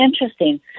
interesting